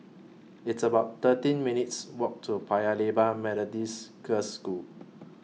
It's about thirteen minutes' Walk to Paya Lebar Methodist Girls' School